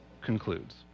concludes